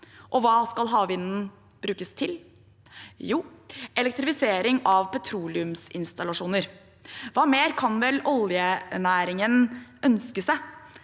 Og hva skal havvinden brukes til? Jo, elektrifisering av petroleumsinstallasjoner. Hva mer kan vel oljenæringen ønske seg